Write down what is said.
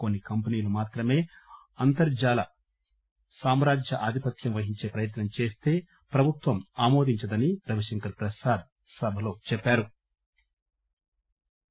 కొన్ని కంపెనీలు మాత్రమే అంతర్జాల సామ్రాజ్యాపథ్యం వహించే ప్రయత్నం చేస్తే ప్రభుత్వం ఆమోదించదని రవిశంకర్ ప్రసాద్ సభలో తెలిపారు